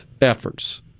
efforts